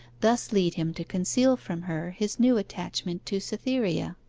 thus lead him to conceal from her his new attachment to cytherea.